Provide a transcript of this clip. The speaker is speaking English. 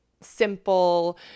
simple